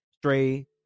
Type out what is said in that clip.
stray